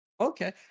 Okay